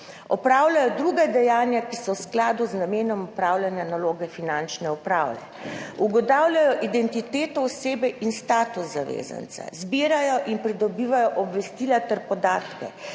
opravljajo druga dejanja, ki so v skladu z namenom opravljanja naloge Finančne uprave, ugotavljajo identiteto osebe in status zavezanca, zbirajo in pridobivajo obvestila ter podatke,